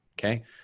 okay